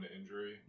injury